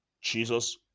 Jesus